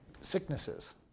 sicknesses